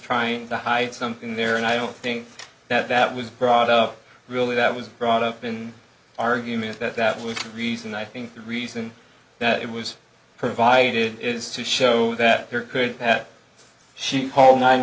trying to hide something there and i don't think that that was brought up really that was brought up in argument that that was reason i think the reason that it was provided is to show that there could have she called nine